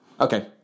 Okay